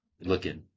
looking